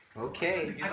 Okay